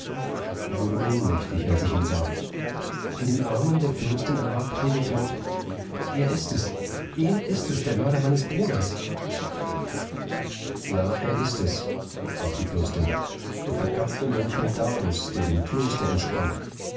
ich wurde ohnmächtig als ich ihn sah in den armen der fürstin erwacht rief ich laut er ist es er ist es der mörder meines bruders ja er ist es sprach die fürstin der verkappte mönch medardus der dem kloster entsprang